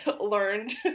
learned